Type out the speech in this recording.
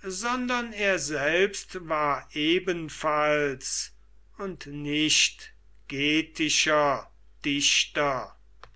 sondern er selbst war ebenfalls und nicht getischer dichter